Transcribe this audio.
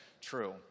true